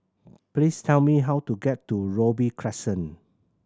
please tell me how to get to Robey Crescent